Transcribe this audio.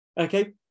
Okay